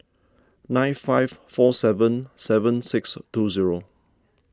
nine five four seven seven six two zero